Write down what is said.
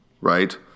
Right